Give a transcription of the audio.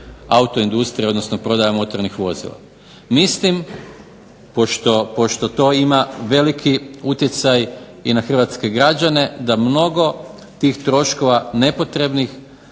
autoindustrija odnosno prodaja motornih vozila. Mislim pošto to ima veliki utjecaj na Hrvatske građane, da mnogo tih troškova nepotrebnih